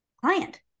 client